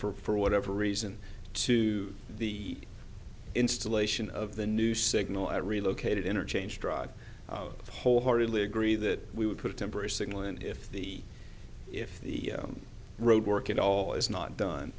for whatever reason to the installation of the new signal at relocated interchange drive wholeheartedly agree that we would put a temporary signal and if the if the road work at all is not